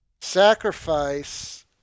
sacrifice